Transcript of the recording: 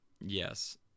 Yes